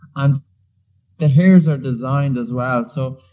and the hairs are designed as well. so,